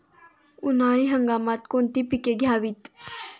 उन्हाळी हंगामात कोणती पिके घ्यावीत?